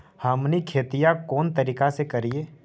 हमनी खेतीया कोन तरीका से करीय?